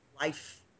life